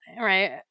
Right